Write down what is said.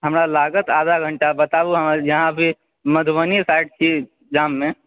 हमरा लागत आधा घण्टा बताबु यहाँ भी मधुबनी साइड छी जाममे